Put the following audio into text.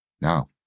Now